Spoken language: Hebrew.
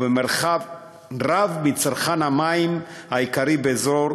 ובמרחק רב מצרכן המים העיקרי באזור,